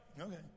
Okay